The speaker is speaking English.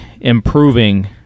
improving